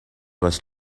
was